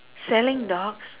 selling dogs